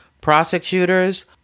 prosecutors